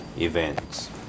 events